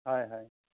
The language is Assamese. হয় হয়